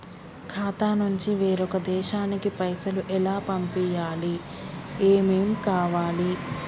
ఖాతా నుంచి వేరొక దేశానికి పైసలు ఎలా పంపియ్యాలి? ఏమేం కావాలి?